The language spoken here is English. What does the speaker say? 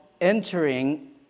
entering